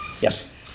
yes